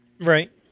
Right